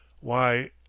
Why